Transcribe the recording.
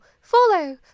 follow